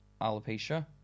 alopecia